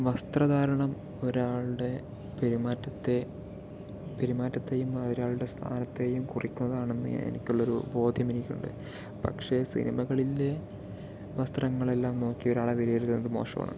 വസ്ത്രധാരണം ഒരാളുടെ പെരുമാറ്റത്തെ പെരുമാറ്റത്തെയും ആ ഒരാളുടെ സ്ഥാനത്തെയും കുറയ്ക്കുന്നതാണ് എനിക്കുള്ളൊര് ബോധ്യം എനിക്കുണ്ട് പക്ഷേ സിനിമകളിലെ വസ്ത്രങ്ങളെല്ലാം നോക്കി ഒരാളെ വിലയിരുത്തുന്നത് മോശമാണ്